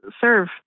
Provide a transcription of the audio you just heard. serve